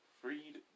freed